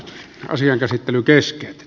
asian käsittely kesti